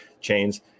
chains